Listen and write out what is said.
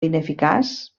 ineficaç